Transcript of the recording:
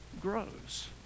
grows